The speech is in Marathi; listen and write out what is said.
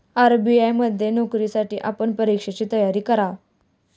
आर.बी.आय मध्ये नोकरीसाठी आपण परीक्षेची तयारी करा